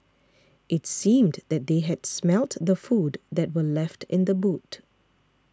it seemed that they had smelt the food that were left in the boot